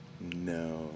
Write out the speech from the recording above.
No